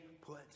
put